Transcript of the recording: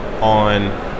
on